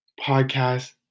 podcast